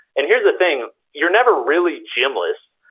and here's the thing, you're never really gym-less.